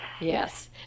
yes